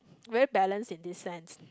very balance in this sense